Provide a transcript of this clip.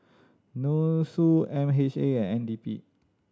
NUSSU M H A and N D P